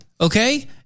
Okay